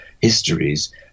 histories